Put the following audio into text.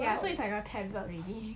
ya so it's like a already